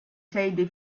sei